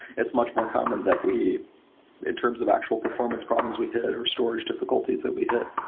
it's much more common that we in terms of actual performance problems we hit, or storage difficulties that we hit,